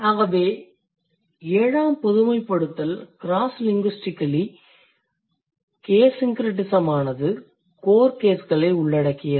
ஆகவே ஏழாம் பொதுமைப்படுத்தல் crosslinguistically case syncretismஆனது core caseகளை உள்ளடக்கியது